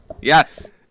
Yes